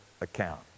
account